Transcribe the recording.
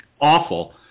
awful